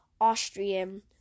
Austrian